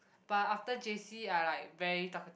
but after J_C I like very talkative